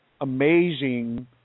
amazing